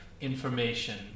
information